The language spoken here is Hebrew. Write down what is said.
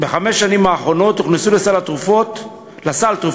בחמש השנים האחרונות הוכנסו לסל תרופות וטכנולוגיות